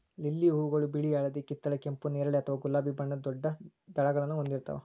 lily ಹೂಗಳು ಬಿಳಿ, ಹಳದಿ, ಕಿತ್ತಳೆ, ಕೆಂಪು, ನೇರಳೆ ಅಥವಾ ಗುಲಾಬಿ ಬಣ್ಣದ ದೊಡ್ಡ ದಳಗಳನ್ನ ಹೊಂದಿರ್ತಾವ